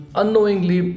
unknowingly